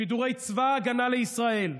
שידורי צבא ההגנה לישראל,